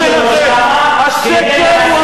השקר הוא הפרנסה שלכם.